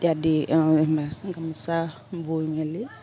ইত্যাদি গামোচা বৈ মেলি